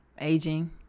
aging